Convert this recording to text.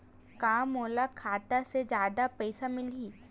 का मोला खाता से जादा पईसा मिलही?